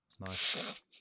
nice